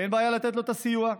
אין בעיה לתת לו את הסיוע.